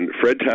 Fred